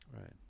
Right